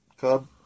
cub